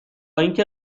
اینکه